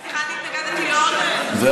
סליחה, אני התנגדתי לעוד, מה הבעיה?